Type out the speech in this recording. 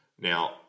Now